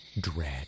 Dread